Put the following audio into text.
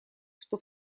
что